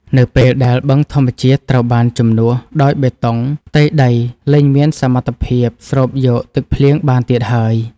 នៅពេលដែលបឹងធម្មជាតិត្រូវបានជំនួសដោយបេតុង ផ្ទៃដីលែងមានសមត្ថភាពស្រូបយកទឹកភ្លៀងបានទៀតឡើយ។